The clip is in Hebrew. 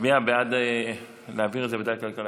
להצביע בעד העברה לוועדת הכלכלה.